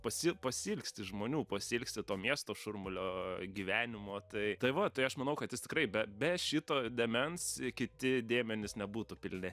pasi pasiilgsti žmonių pasiilgsti to miesto šurmulio gyvenimo tai tai va tai aš manau kad jis tikrai be be šito dėmens kiti dėmenys nebūtų pilni